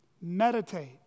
Meditate